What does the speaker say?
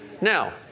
Now